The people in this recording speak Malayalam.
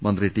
മന്ത്രി ടി